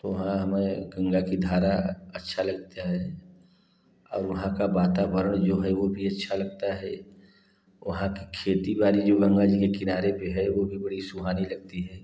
तो वहाँ हमें गंगा की धारा अच्छा लगता है और वहाँ का वातावरण जो है वह भी अच्छा लगता है वहाँ की खेती बाड़ी जो गंगा जी के किनारे पर है वह भी बड़ी सुहानी लगती है